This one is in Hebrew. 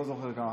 לא זוכר כמה.